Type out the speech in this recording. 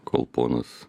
kol ponas